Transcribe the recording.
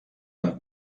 amb